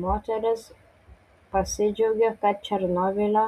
moteris pasidžiaugė kad černobylio